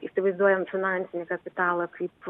įsivaizduojant finansinį kapitalą kaip